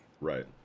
Right